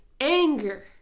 anger